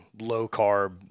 low-carb